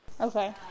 Okay